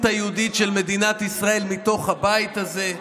היהודית של מדינת ישראל מתוך הבית הזה.